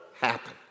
happen